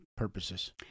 purposes